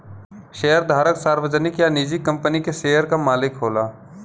शेयरधारक सार्वजनिक या निजी कंपनी के शेयर क मालिक होला